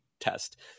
Test